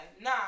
Nah